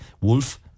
Wolf